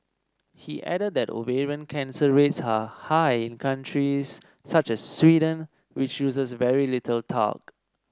he added that ovarian cancer rates are high in countries such as Sweden which uses very little talc